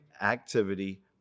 activity